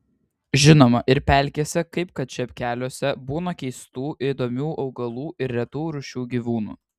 žinoma ir pelkėse kaip kad čepkeliuose būna keistų įdomių augalų ir retų rūšių gyvūnų